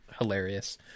hilarious